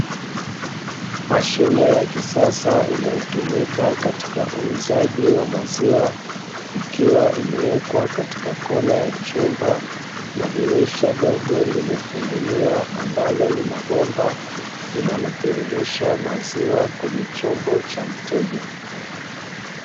Mashine ya kisasa inayotumika katika uuzaji wa maziwa, ikiwa imewekwa katika kona ya chumba, na dirisha dogo limefunguliwa ambalo linabomba, linalotiririsha maziwa kwenye chombo cha mteja.